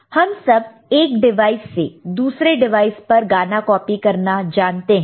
हम सब एक डिवाइस से दूसरे डिवाइस पर गाना कॉपी करना जानते हैं